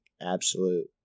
absolute